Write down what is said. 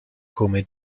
come